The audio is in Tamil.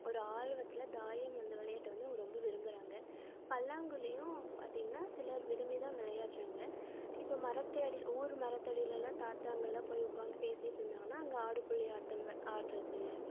ஒரு ஆர்வத்தில் தாயம் அந்த விளையாட்டு வந்து அவங்க ரொம்ப விரும்புறாங்க பல்லாங்குழியும் பார்த்தீங்கன்னா சிலர் விரும்பி தான் விளையாட்றாங்க இப்போ மரத்தடியில் ஊர் மரத்தடிலலாம் தாத்தாங்கள்லாம் போய் உட்காந்து பேசிட்டு இருந்தாங்கன்னா அங்கே ஆடுபுலி ஆட்டம் ஆடுறது